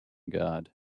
god